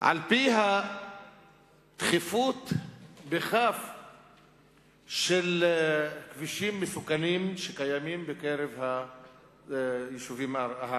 על-פי השכיחות של כבישים מסוכנים שקיימים ביישובים הערביים.